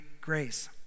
grace